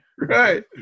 Right